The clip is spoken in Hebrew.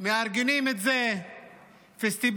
מארגנים איזה פסטיבל,